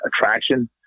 attraction